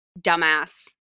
dumbass